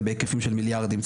זה בהיקפים של מיליארדים,